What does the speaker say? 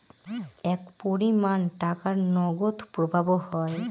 এক পরিমান টাকার নগদ প্রবাহ হয়